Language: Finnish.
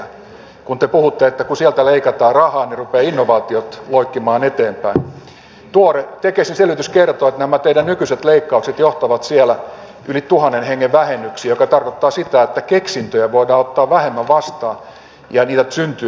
kun te puhuitte että kun sieltä leikataan rahaa niin rupeavat innovaatiot loikkimaan eteenpäin tuore tekesin selvitys kertoo että nämä teidän nykyiset leikkauksenne johtavat siellä yli tuhannen hengen vähennyksiin mikä tarkoittaa sitä että keksintöjä voidaan ottaa vähemmän vastaan ja niitä syntyy vähemmän